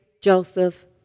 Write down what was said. Joseph